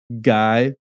guy